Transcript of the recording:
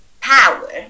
power